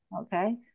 okay